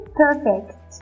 perfect